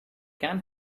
can